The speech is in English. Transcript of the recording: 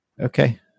Okay